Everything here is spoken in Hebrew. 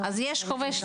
אז יש חובש.